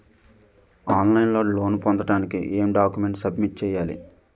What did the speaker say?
On line లో loan పొందటానికి ఎం డాక్యుమెంట్స్ సబ్మిట్ చేయాలి?